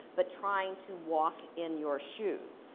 but trying to walk in your shoes.